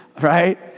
Right